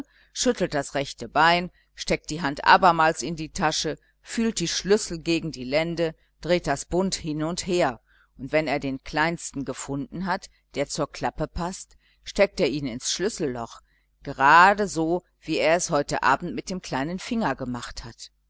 schüttelt das rechte bein steckt die hand abermals in die tasche fühlt die schlüssel gegen die lende dreht das bund hin und her und wenn er den kleinsten gefunden hat der zur klappe paßt steckt er ihn ins schlüsselloch geradeso wie er es heute abend mit dem kleinen finger gemacht hat